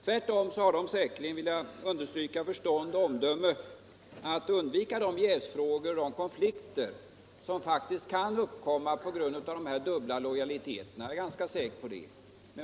Tvärtom har de säkerligen — det vill jag understryka — förstånd och omdöme att undvika de jävsfrågor och konflikter som faktiskt kan uppkomma på grund av dessa dubbla lojaliteter. Jag är ganska säker på det.